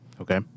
Okay